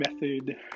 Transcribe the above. method